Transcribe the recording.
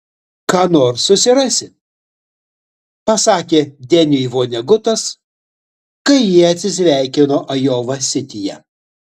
ką nors susirasi pasakė deniui vonegutas kai jie atsisveikino ajova sityje